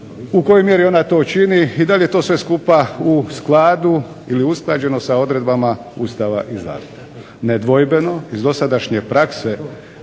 u kojoj mjeri ona to čini i da li je to sve skupa u skladu ili usklađeno sa odredbama Ustava i zakona. Nedvojbeno iz dosadašnje prakse,